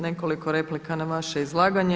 Nekoliko replika na vaše izlaganje.